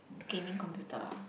gaming computer